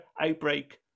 outbreak